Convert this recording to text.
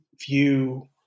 view